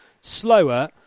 slower